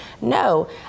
No